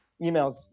emails